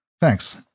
Thanks